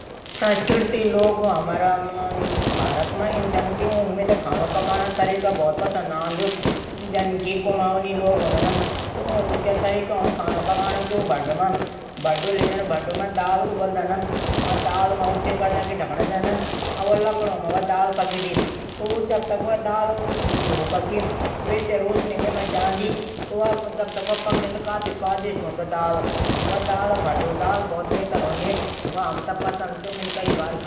संस्कृति लोग हमरू भारत मा इन छन कि ऊ मेथे खांडू पकाणू तरीका बहुत पंसद आंदू भडू दाल काफी बढिय़ा हूदी